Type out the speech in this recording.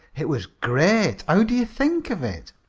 it was great. how'd ye think of it?